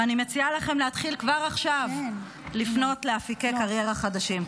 ואני מציעה לכם להתחיל כבר עכשיו לפנות לאפיקי קריירה חדשים.